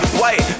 white